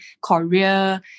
Korea